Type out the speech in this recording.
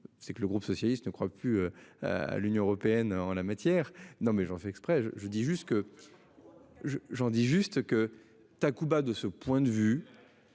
C'est que le groupe socialiste ne croit plus. À l'Union européenne en la matière. Non mais j'en fais exprès je je dis juste que. J'en dis juste que.